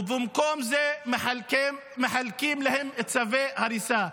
במקום זה מחלקים להם צווי הריסה.